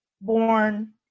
born